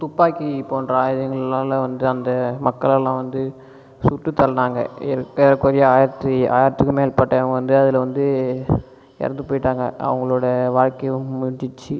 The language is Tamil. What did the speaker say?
துப்பாக்கி போன்ற ஆயுதங்களால் வந்து அந்த மக்களெல்லாம் வந்து சுட்டு தள்ளினாங்க ஏறக்குறைய ஆயிரத்தி ஆயிரத்துக்கும் மேற்பட்டவங்க வந்து அதில் வந்து இறந்து போயிட்டாங்க அவங்களோடய வாழ்க்கையும் முடிஞ்சுச்சு